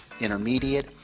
intermediate